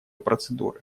процедуры